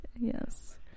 Yes